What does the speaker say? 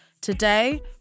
today